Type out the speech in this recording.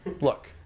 Look